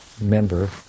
member